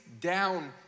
down